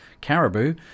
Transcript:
Caribou